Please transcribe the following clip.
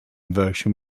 version